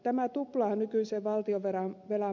tämä tuplaa nykyisen valtionvelan määrän